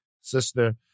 sister